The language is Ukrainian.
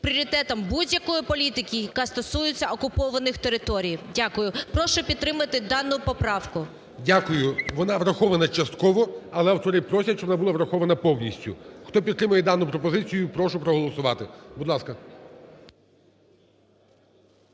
пріоритетом будь-якої політики, яка стосується окупованих територій. Дякую. Прошу підтримати дану поправку. ГОЛОВУЮЧИЙ. Дякую. Вона врахована частково, але автори просять, щоб вона була врахована повністю. Хто підтримує дану пропозицію прошу проголосувати. Будь ласка.